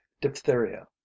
Diphtheria